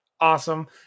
awesome